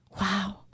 wow